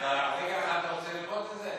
ברגע אחד אתה רוצה ללמוד את זה?